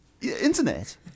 internet